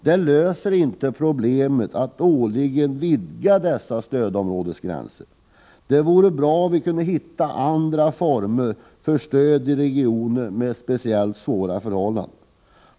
Det löser inte problemen att årligen vidga stödområdesgränserna. Det vore bra om vi kunde hitta andra former för stöd i regioner med speciellt svåra förhållanden.